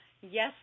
Yes